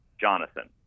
Jonathan